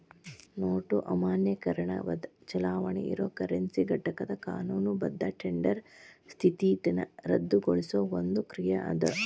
note ಅಮಾನ್ಯೇಕರಣ ಚಲಾವಣಿ ಇರೊ ಕರೆನ್ಸಿ ಘಟಕದ್ ಕಾನೂನುಬದ್ಧ ಟೆಂಡರ್ ಸ್ಥಿತಿನ ರದ್ದುಗೊಳಿಸೊ ಒಂದ್ ಕ್ರಿಯಾ ಅದ